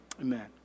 Amen